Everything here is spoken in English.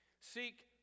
seek